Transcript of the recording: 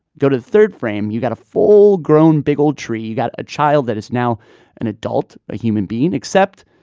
go to the third frame. you got a full-grown, big, old tree. you got a child that is now an adult, a human being, except